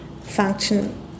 function